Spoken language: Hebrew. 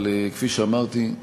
אבל כפי שאמרתי,